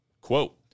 quote